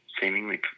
seemingly